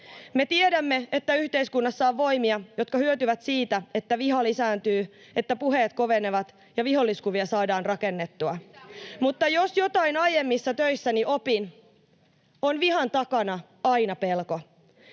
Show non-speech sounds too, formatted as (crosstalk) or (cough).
Me tiedämme, että yhteiskunnassa on voimia, jotka hyötyvät siitä, että viha lisääntyy, että puheet kovenevat ja viholliskuvia saadaan rakennettua. (noise) Mutta jos jotain aiemmissa töissäni opin, on vihan takana aina pelko.